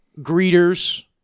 greeters